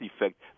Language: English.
effect